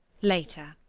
later.